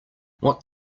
what